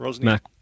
Mac